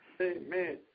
Amen